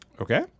Okay